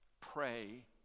pray